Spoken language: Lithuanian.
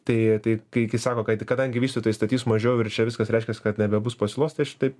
tai tai kai kai sako kad kadangi vystytojai statys mažiau ir čia viskas reiškias kad nebebus pasiūlos tai aš taip